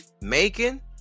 Macon